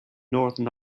northern